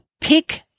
Pick